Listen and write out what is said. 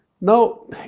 now